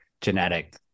genetic